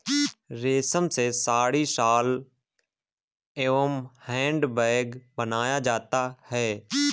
रेश्म से साड़ी, शॉल एंव हैंड बैग बनाया जाता है